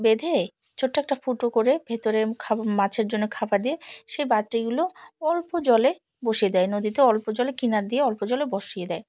বেঁধে ছোট্ট একটা ফুটো করে ভেতরে খাব মাছের জন্য খাবার দিয়ে সেই বাটিগুলো অল্প জলে বসিয়ে দেয় নদীতে অল্প জলে কিনার দিয়ে অল্প জলে বসিয়ে দেয়